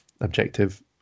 objective